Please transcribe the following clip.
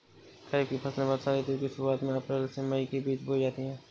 खरीफ की फसलें वर्षा ऋतु की शुरुआत में अप्रैल से मई के बीच बोई जाती हैं